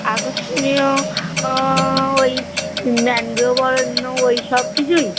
আকর্ষণীয় ওই ম্যানগ্রোভ অরণ্য ওই সবকিছুই